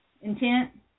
intent